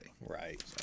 Right